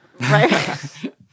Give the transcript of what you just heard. right